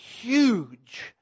huge